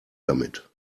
damit